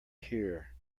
here